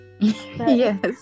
Yes